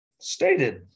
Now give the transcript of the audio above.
stated